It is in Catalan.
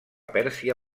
pèrsia